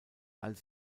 als